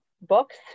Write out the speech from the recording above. books